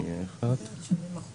כ-70%